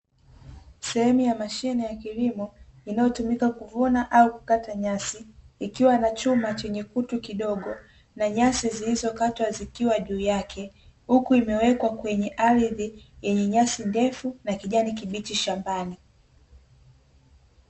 Sehemu ya mashine ya kilimo inayotumika kuvuna au kukata nyasi, ikiwa na chuma chenye kutu kidogo na nyasi zilizokatwa zikiwa juu yake. Huku imewekwa kwenye ardhi yenye nyasi ndefu na kijani kibichi shambani.